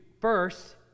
first